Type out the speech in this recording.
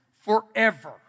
forever